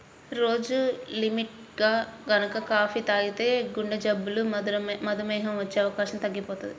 రోజూ లిమిట్గా గనక కాపీ తాగితే గుండెజబ్బులు, మధుమేహం వచ్చే అవకాశం తగ్గిపోతది